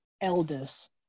elders